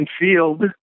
field